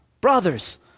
Brothers